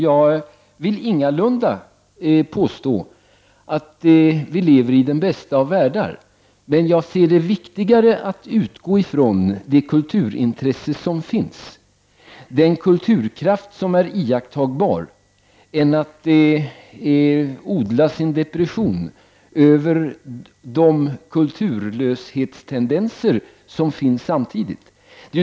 Jag vill ingalunda påstå att vi lever i den bästa av världar, men jag ser det som viktigare att utgå ifrån det kulturintresse som finns, den kulturkraft som är iakttagbar, än att odla sin depression över de kulturlöshetstendenser som finns samtidigt.